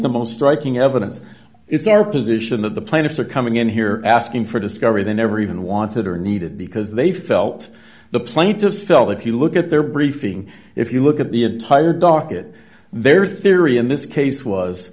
the most striking evidence it's our position that the plaintiffs are coming in here asking for discovery they never even wanted or needed because they felt the plaintiffs felt that if you look at their briefing if you look at the entire docket their theory in this case was